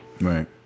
right